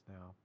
now